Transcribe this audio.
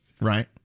Right